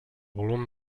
volum